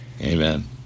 Amen